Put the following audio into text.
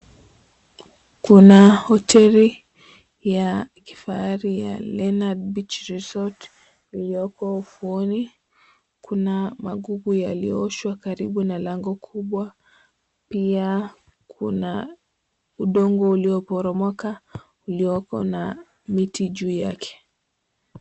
Kuna hoteli ya kifahari ya Leonard Beach Resort iliyoko ufuoni, kuna magugu yaliyooshwa karibu na lango kubwa pia kuna udongo ulioporomoka ulioko na miti ju yake.